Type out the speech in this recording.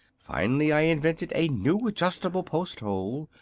finally i invented a new adjustable post-hole,